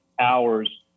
hours